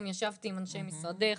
גם ישבתי עם אנשי משרדך.